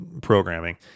programming